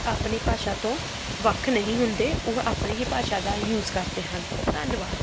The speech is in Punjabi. ਆਪਣੀ ਭਾਸ਼ਾ ਤੋਂ ਵੱਖ ਨਹੀਂ ਹੁੰਦੇ ਉਹ ਆਪਣੀ ਹੀ ਭਾਸ਼ਾ ਦਾ ਯੂਜ ਕਰਦੇ ਹਨ ਧੰਨਵਾਦ